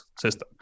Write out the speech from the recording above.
system